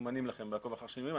מסומנים ב"עקוב אחר שינויים".